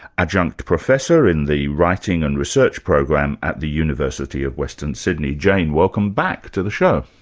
adjunct professor in the writing and research program at the university of western sydney. jane, welcome back to the show.